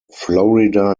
florida